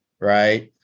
right